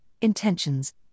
intentions